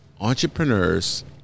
entrepreneurs